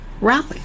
rally